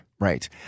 Right